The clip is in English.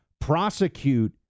prosecute